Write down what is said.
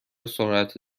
سرعت